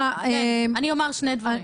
אני אומר שני דברים.